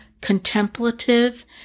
contemplative